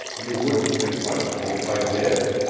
you wouldn't think much of me if i did,